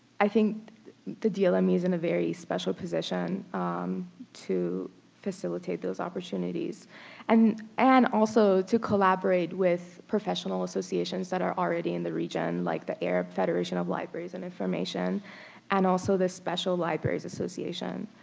i think the dlm um is in a very special position to facilitate those opportunities and and also to collaborate with professional associations that are already in the region like the arab federation of libraries and information and also the special libraries association,